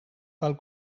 tal